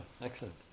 excellent